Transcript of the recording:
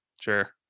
Sure